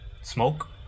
smoke